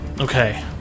Okay